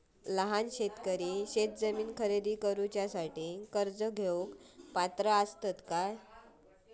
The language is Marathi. लहान शेतकरी शेतजमीन खरेदी करुच्यासाठी कर्ज घेण्यास पात्र असात काय?